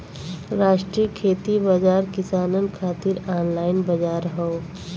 राष्ट्रीय खेती बाजार किसानन खातिर ऑनलाइन बजार हौ